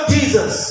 Jesus